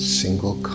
single